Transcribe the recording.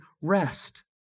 rest